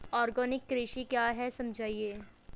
Organic कृषि क्या है समझाइए?